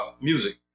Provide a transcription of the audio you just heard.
music